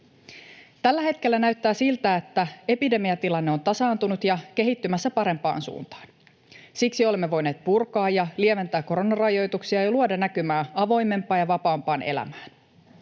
Tällä hetkellä näyttää siltä, että epidemiatilanne on tasaantunut ja kehittymässä parempaan suuntaan. Siksi olemme voineet purkaa ja lieventää koronarajoituksia ja luoda näkymää avoimempaan ja vapaampaan elämään.